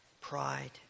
pride